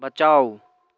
बचाउ